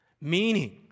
meaning